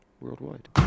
worldwide